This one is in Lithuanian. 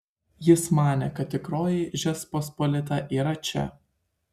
jis manė kad tikroji žečpospolita yra čia